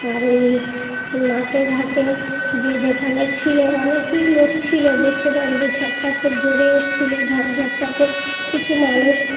আর ওই মাঠে ঘাটে যে যেখানে ছিলো অনেকেই লোক ছিলো বুঝতে পারেন ঝড়টা খুব জোরে এসেছিলো ঝড় ঝাপটাতে কিছু মানুষ